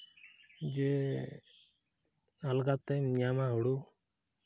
ᱡᱮ ᱟᱞᱜᱟ ᱛᱮᱢ ᱧᱟᱢᱟ ᱦᱩᱲᱩ